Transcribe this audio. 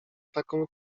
taką